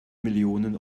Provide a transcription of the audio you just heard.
millionen